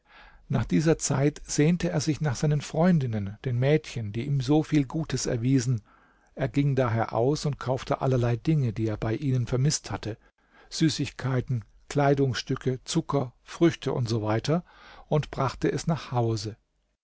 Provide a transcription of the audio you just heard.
nach dieser zeit sehnte er sich nach seinen freundinnen den mädchen die ihm so viel gutes erwiesen er ging daher aus und kaufte allerlei dinge die er bei ihnen vermißt hatte süßigkeiten kleidungsstücke zucker früchte u s w und brachte es nach hause